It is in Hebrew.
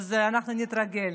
אז אנחנו נתרגל.